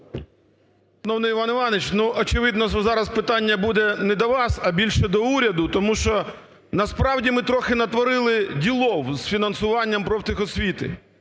Дякую.